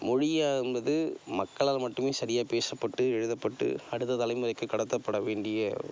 மொழியானது மக்காளால் மட்டுமே சரியாக பேசப்பட்டு எழுதப்பட்டு அடுத்த தலைமுறைக்கு கடத்தப்பட வேண்டிய